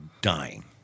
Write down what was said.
Dying